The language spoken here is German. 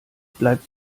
bleibt